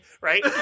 right